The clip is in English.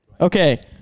Okay